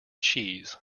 cheese